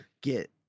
get